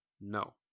No